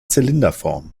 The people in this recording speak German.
zylinderform